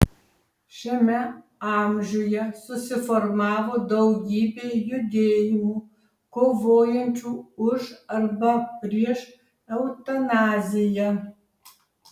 šiame amžiuje susiformavo daugybė judėjimų kovojančių už arba prieš eutanaziją